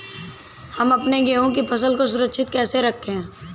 हम अपने गेहूँ की फसल को सुरक्षित कैसे रखें?